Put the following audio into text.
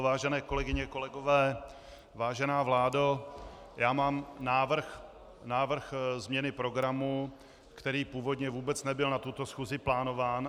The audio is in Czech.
Vážené kolegyně, kolegové, vážená vládo, mám návrh změny programu, který původně vůbec nebyl na tuto schůzi plánován.